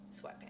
sweatpants